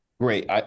Great